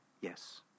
yes